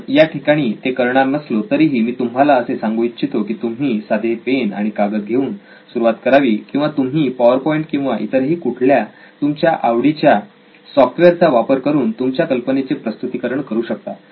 आपण या ठिकाणी ते करणार नसलो तरीही मी तुम्हाला असे सांगू इच्छितो की तुम्ही साधे पेन आणि कागद घेऊन सुरुवात करावी किंवा तुम्ही पॉवर पॉइंट किंवा इतर कुठल्यातरी तुमच्या आवडीच्या सॉफ्टवेअर चा वापर करून तुमच्या कल्पनेचे प्रस्तुतीकरण करू शकता